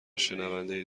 شنونده